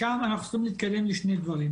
משם, אנחנו צריכים להתקדם לשני דברים.